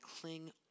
cling